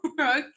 Okay